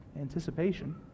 anticipation